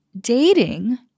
Dating